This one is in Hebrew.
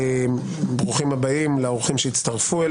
ברוכים הבאים לאורחים.